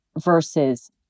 versus